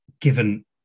given